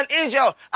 angel